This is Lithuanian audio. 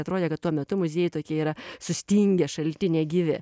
atrodė kad tuo metu muziejai tokie yra sustingę šalti negyvi